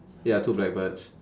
ya two black birds